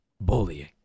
bullying